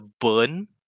burn